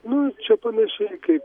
nu čia panašiai kaip